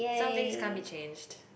some things can't be changed